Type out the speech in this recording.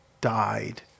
died